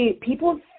people